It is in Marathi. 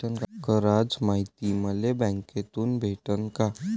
कराच मायती मले बँकेतून भेटन का?